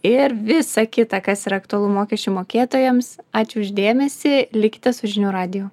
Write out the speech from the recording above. ir visą kitą kas yra aktualu mokesčių mokėtojams ačiū už dėmesį likite su žinių radiju